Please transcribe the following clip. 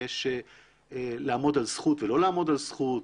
יש לעמוד על זכות ולא לעמוד על זכות,